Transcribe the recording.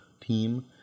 team